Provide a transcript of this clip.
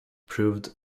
proved